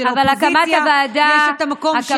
שבה לאופוזיציה יש את המקום שלה.